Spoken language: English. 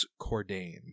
Cordain